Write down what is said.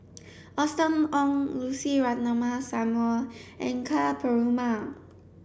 Austen Ong Lucy Ratnammah Samuel and Ka Perumal